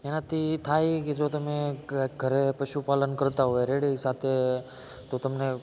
એનાથી થાય એ કે જો તમે ઘરે પશુપાલન કરતા હોય રેડી સાથે તો તમને